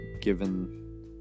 given